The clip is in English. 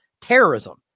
terrorism